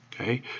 Okay